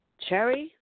Cherry